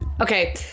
okay